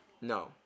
No